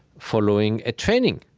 following a training.